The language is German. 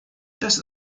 das